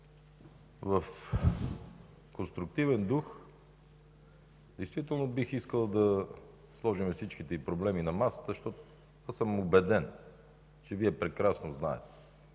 в конструктивен дух бих искал да сложим всичките й проблеми на масата, защото съм убеден, а и Вие прекрасно знаете,